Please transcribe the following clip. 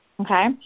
Okay